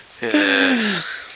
Yes